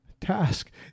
task